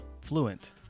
fluent